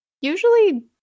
usually